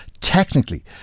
technically